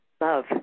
Love